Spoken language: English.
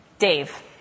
Dave